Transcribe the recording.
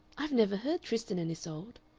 i've never heard tristan and isolde.